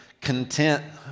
content